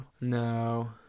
No